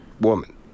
woman